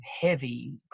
heavy